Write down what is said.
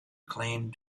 claimed